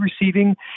receiving